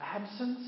absence